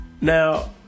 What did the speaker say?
Now